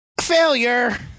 failure